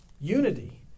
unity